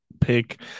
pick